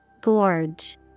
Gorge